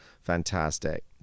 fantastic